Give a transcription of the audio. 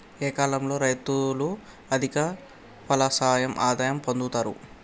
ఏ కాలం లో రైతులు అధిక ఫలసాయం ఆదాయం పొందుతరు?